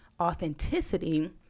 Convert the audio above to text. authenticity